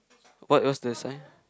what else the sign